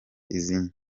izi